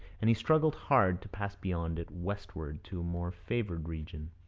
and he struggled hard to pass beyond it westward to more favoured region.